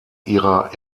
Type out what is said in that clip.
ihrer